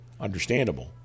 understandable